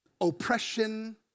oppression